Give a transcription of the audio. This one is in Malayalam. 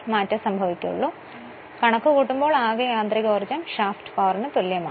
ഒരു കാര്യമേ ഓർക്കാനുള്ളൂ കണക്കു കൂട്ടുമ്പോൾ ആകെ യാന്ത്രികോർജം ഷാഫ്റ്റ് പവറിനു തുല്യമാണ്